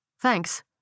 Thanks